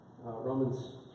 Romans